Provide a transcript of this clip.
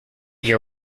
year